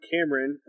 Cameron